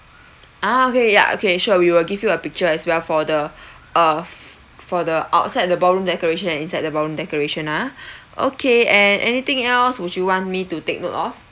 ah okay ya okay sure we will give you a picture as well for the err for the outside the ballroom decoration and inside the ballroom decoration ah okay and anything else would you want me to take note of